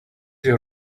your